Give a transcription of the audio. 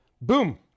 Boom